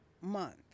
month